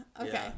Okay